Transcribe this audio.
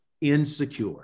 insecure